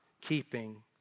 keeping